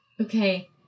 Okay